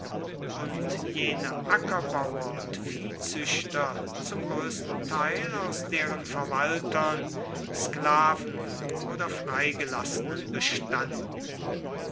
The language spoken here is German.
und jene ackerbauer und viehzüchter zum größten teil aus deren verwaltern sklaven oder freigelassenen bestanden